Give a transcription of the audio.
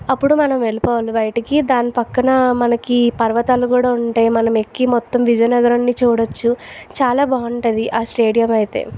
అప్పుడు మనం వెళ్ళిపోవాలి బయటకి దాని పక్కన మనకి పర్వతాలు కూడా ఉంటాయి మనం ఎక్కి మొత్తం విజయనగరాన్ని చూడొచ్చు చాలా బాగుంటుంది ఆ స్టేడియం అయితే